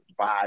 vibe